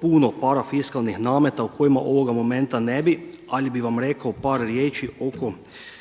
puno parafiskalnih nameta o kojima u ovom momentu ne bih, ali bih vam rekao par riječi oko